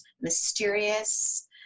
mysterious